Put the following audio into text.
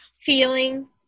feeling